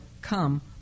come